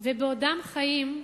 ובעודם חיים,